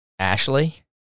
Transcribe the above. Ashley